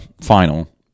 final